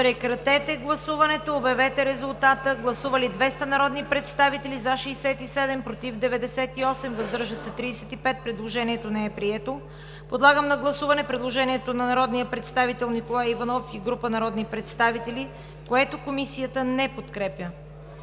Режим на гласуване. Гласували 200 народни представители: за 67, против 98, въздържали се 35. Предложението не е прието. Подлагам на гласуване предложението на народния представител Николай Иванов и група народни представители, което Комисията не подкрепя.